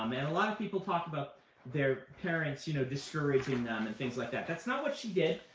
um and a lot of people talk about their parents you know discouraging them and things like that. that's not what she did,